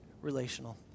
relational